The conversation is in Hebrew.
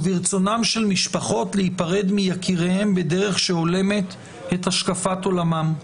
וברצונן של משפחות להיפרד מיקיריהם בדרך שהולמת את השקפת עולמן.